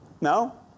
No